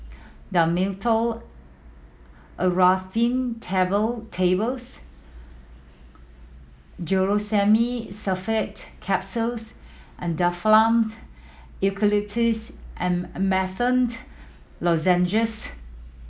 Dhamotil Atropine Table Tables Glucosamine Sulfate Capsules and Difflams Eucalyptus and Menthol Lozenges